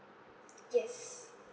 yes